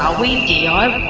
ah we diy?